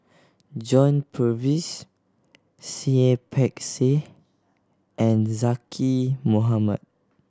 John Purvis Seah Peck Seah and Zaqy Mohamad